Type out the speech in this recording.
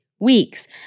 weeks